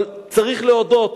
אבל צריך להודות,